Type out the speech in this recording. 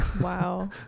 wow